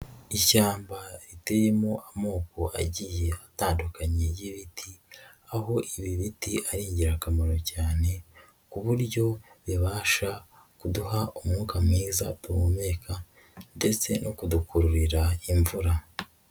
Ishyamba riteyemo amoko agiye atandukanye y'ibiti, aho ibi biti ari ingirakamaro cyane ku buryo bibasha kuduha umwuka mwiza duhumeka ndetse no kudukururira imvura.